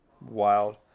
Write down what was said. Wild